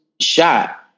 shot